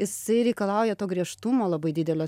jisai reikalauja to griežtumo labai didelio